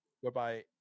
whereby